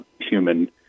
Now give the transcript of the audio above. human